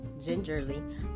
Gingerly